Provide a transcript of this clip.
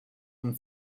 than